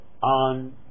On